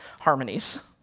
harmonies